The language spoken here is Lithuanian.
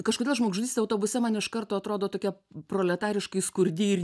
kažkodėl žmogžudystė autobuse man iš karto atrodo tokia proletariškai skurdi ir